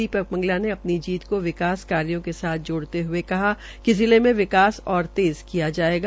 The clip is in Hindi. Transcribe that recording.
दीपक मंगला ने अपनी जीत को विकास कार्यो के साथ जोड़ने हये कहा कि जिले मे विकस और तेज़ किया जायेगा